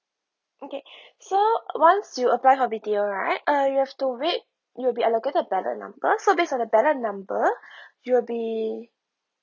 okay so once you apply for B_T_O right uh you have to wait you'll be allocated a ballot number so based on the ballot number you'll be